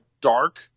dark